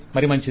మరి మంచిది